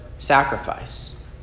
sacrifice